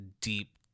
deep